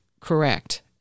correct